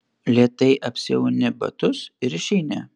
lėtai apsiauni batus ir išeini